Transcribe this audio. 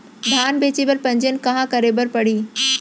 धान बेचे बर पंजीयन कहाँ करे बर पड़ही?